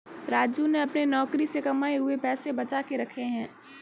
राजू ने अपने नौकरी से कमाए हुए पैसे बचा के रखे हैं